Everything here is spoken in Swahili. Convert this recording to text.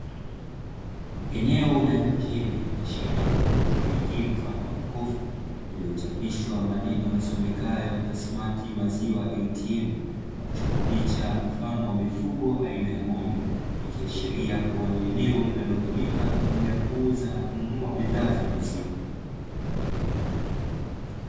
Eneo la nje lenye mashine ya kielotroniki mfano wa jokofu, iliyochapishwa maneno yasomekayo Mati Maziwa ATM na kuchorwa picha mfano wa mifugo aina ya ng'ombe, ikiashiria ni eneo linalotumika kwa ajili ya kuuza na kununua maziwa.